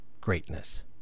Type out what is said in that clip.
greatness